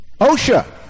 OSHA